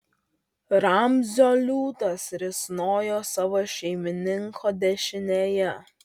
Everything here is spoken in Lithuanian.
ramzio liūtas risnojo savo šeimininko dešinėje